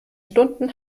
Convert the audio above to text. stunden